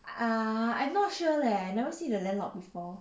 ah I not sure leh I never see the landlord before ya